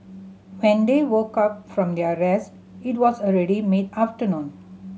when they woke up from their rest it was already mid afternoon